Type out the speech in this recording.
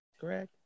correct